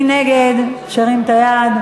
מי נגד, שירים את היד.